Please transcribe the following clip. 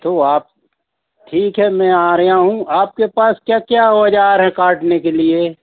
तो आप ठीक है मैं आ रहा हूँ आपके पास क्या क्या औज़ार हैं काटने के लिए